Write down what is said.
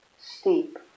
steep